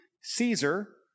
Caesar